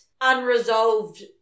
unresolved